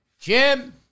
Jim